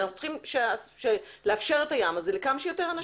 אנחנו צריכים לאפשר את הים הזה לכמה שיותר אנשים.